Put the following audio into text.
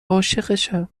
عاشقشم